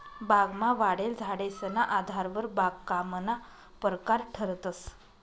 बागमा वाढेल झाडेसना आधारवर बागकामना परकार ठरतंस